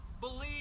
believe